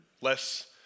less